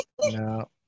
No